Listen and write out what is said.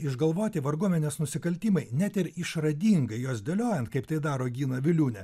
išgalvoti varguomenės nusikaltimai net ir išradingai juos dėliojant kaip tai daro gina viliūnė